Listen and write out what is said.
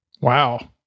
Wow